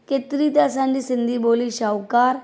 केतिरी त असांजी सिन्धी ॿोली शाहूकार